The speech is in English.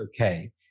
okay